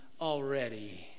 already